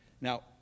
Now